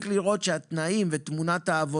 מבחינת שעות?